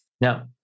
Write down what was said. Now